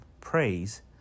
praise